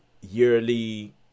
yearly